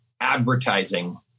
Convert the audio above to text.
advertising